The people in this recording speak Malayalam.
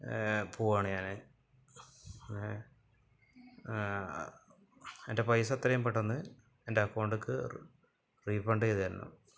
പോവുകയാണ് ഞാന് എന്റെ പൈസ എത്രയും പെട്ടെന്ന് എന്റെ അക്കൗണ്ടിലേക്ക് റീഫണ്ട് ചെയ്ത് തരണം